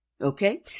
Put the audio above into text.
Okay